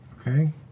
okay